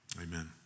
Amen